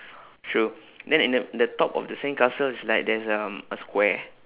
true then in the the top of the sandcastle is like a there's um a square